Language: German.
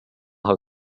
herr